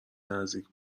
نزدیک